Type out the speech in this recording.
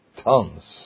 Tons